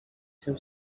seu